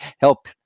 help